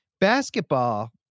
Basketball